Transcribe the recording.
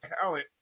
talent